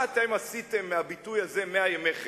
מה אתם עשיתם מהביטוי הזה, מאה ימי חסד?